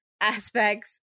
aspects